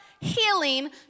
healing